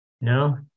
No